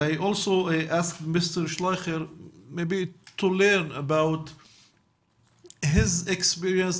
אני גם ביקשתי ממר שלייכר שישתף אותנו מניסיונו